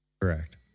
Correct